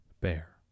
bear